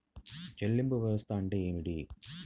చెల్లింపు వ్యవస్థ అంటే ఏమిటి?